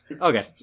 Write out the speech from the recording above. Okay